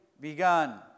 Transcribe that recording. begun